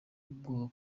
ubwoba